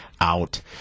out